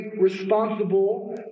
responsible